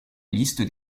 liste